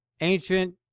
ancient